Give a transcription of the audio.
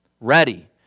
ready